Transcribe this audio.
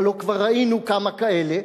הלוא כבר ראינו כמה כאלה,